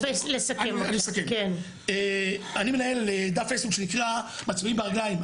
אני מנהל דף פייסבוק שנקרא מצביעים ברגליים.